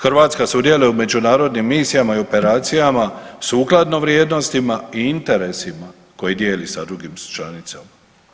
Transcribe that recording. Hrvatska sudjeluje u međunarodnim misijama i operacijama sukladno vrijednostima i interesima koje dijeli sa drugim članicama.